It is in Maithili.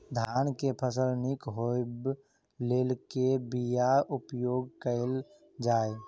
धान केँ फसल निक होब लेल केँ बीया उपयोग कैल जाय?